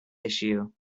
issue